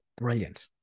Brilliant